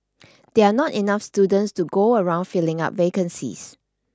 there are not enough students to go around filling up vacancies